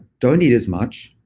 don't eat as much.